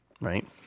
right